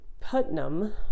putnam